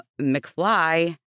McFly